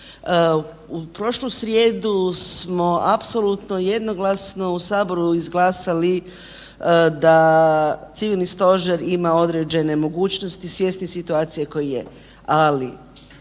U prošlu srijedu smo apsolutno jednoglasno u Saboru izglasali da Civilni stožer ima određene mogućnosti, svjesni situacije koja je,